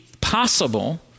possible